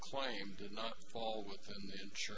quite sure